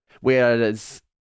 whereas